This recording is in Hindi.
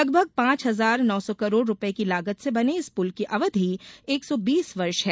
लगभग पांच हजार नौ सौ करोड़ रूपए की लागत से बने इस पुल की अवधि एक सौ बीस वर्ष है